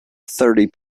thirty